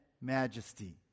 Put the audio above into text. majesty